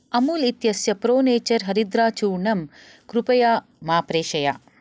अमूल् इत्यस्य pro nature हरिद्राचूर्णम् कृपया मा प्रेषय